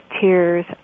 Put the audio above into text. Tears